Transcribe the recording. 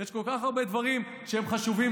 יש כל כך הרבה דברים שהם חשובים,